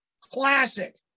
classic